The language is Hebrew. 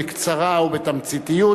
בקצרה ובתמציתיות,